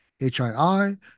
HII